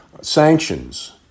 sanctions